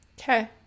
Okay